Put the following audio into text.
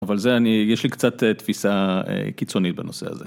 אבל זה אני, יש לי קצת תפיסה קיצונית בנושא הזה.